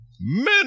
Men